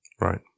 Right